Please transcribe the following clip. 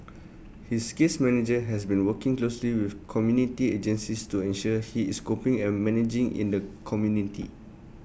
his case manager has been working closely with community agencies to ensure he is coping and managing in the community